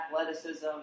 athleticism